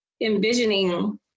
envisioning